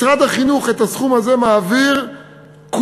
משרד החינוך את הסכום הזה מעביר כולו